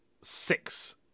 six